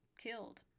killed